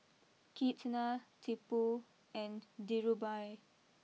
Ketna Tipu and Dhirubhai